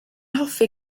hoffi